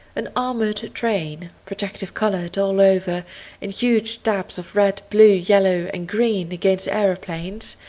an armoured train, protective coloured all over in huge dabs of red, blue, yellow, and green against aeroplanes,